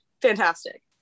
Fantastic